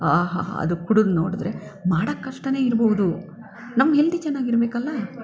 ಆಹಾಹಾ ಅದು ಕುಡಿದು ನೋಡಿದ್ರೆ ಮಾಡೋಕೆ ಕಷ್ಟವೇ ಇರ್ಬಹುದು ನಮ್ಮ ಹೆಲ್ದಿ ಚೆನ್ನಾಗಿರ್ಬೇಕಲ್ಲ